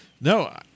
No